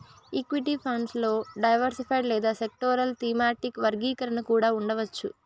equity funds లో diversified లేదా sectoral, thematic వర్గీకరణ కూడా ఉండవచ్చు